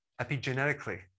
epigenetically